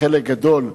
חלק גדול,